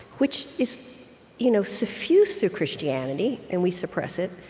which is you know suffused through christianity, and we suppress it,